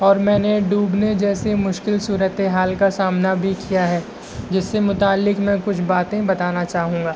اور میں نے ڈوبنے جیسی مشکل صورت حال کا سامنا بھی کیا ہے جس سے متعلق میں کچھ باتیں بتانا چاہوں گا